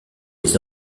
les